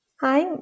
Hi